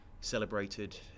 celebrated